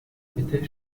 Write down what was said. mitte